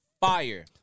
Fire